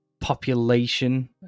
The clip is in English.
population